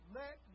let